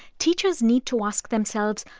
teachers need to ask themselves,